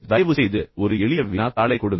தயவுசெய்து எனக்கு ஒரு எளிய வினாத்தாளைக் கொடுங்கள்